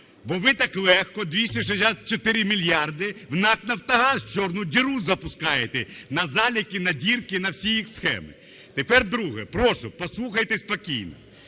бо ви так легко 264 мільярди в НАК "Нафтогаз", в чорну діру, запускаєте на заліки, на дірки, на всі їх схеми. Тепер друге. Прошу, послухайте спокійно.